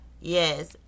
Yes